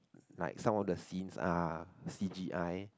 like some of the scenes are C_g_i